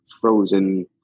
frozen